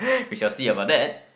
we shall see about that